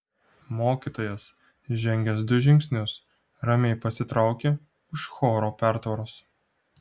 mokytojas žengęs du žingsnius ramiai pasitraukė už choro pertvaros